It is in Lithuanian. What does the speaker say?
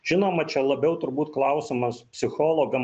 žinoma čia labiau turbūt klausimas psichologam